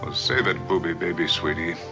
ah save it, bubbie, baby, sweetie.